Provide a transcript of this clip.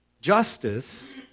Justice